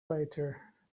later